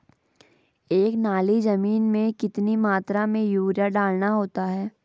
एक नाली जमीन में कितनी मात्रा में यूरिया डालना होता है?